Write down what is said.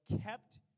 kept